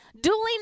Dueling